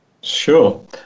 Sure